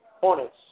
Hornets